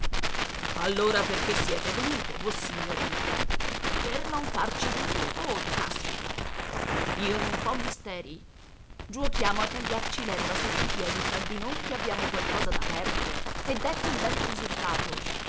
allora perché siete venuto vossignoria per non farci venire voi caspita io non fo misteri giuochiamo a tagliarci l'erba sotto i piedi fra di noi che abbiamo qualcosa da perdere ed ecco il bel risultato